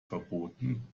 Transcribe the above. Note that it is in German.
verboten